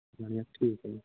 ਠੀਕ ਹੈ ਜੀ